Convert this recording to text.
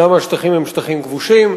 למה השטחים הם שטחים כבושים.